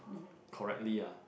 correctly ah